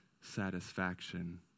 satisfaction